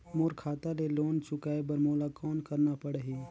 मोर खाता ले लोन चुकाय बर मोला कौन करना पड़ही?